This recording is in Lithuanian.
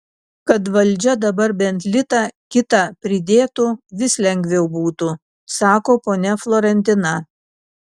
kad valdžia dabar bent litą kitą pridėtų vis lengviau būtų sako ponia florentina